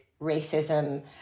racism